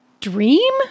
Dream